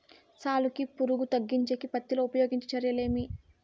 సాలుకి పులుగు తగ్గించేకి పత్తి లో ఉపయోగించే చర్యలు ఏమి?